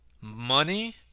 money